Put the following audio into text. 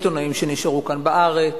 העיתונאים שנשארו כאן בארץ,